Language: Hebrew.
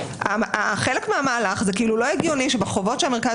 חלק מהמהלך זה כאילן לא הגיוני שבחובות שהמרכז